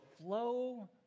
flow